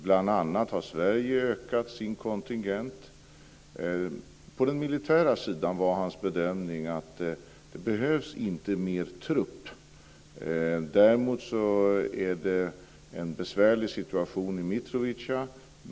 Bl.a. har Sverige ökat sin kontingent. På den militära sidan var hans bedömning att det inte behövs mer trupp. Däremot är situationen i Mitrovica besvärlig.